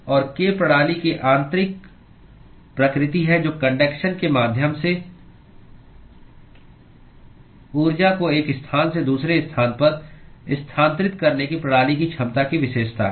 और k प्रणाली की आंतरिक प्रकृति है जो कन्डक्शन के माध्यम से ऊर्जा को एक स्थान से दूसरे स्थान पर स्थानांतरित करने की प्रणाली की क्षमता की विशेषता है